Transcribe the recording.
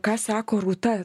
ką sako rūta